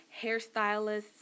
hairstylists